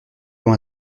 doit